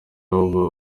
abo